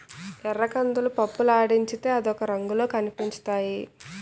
ఎర్రకందులు పప్పులాడించితే అదొక రంగులో కనిపించుతాయి